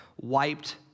wiped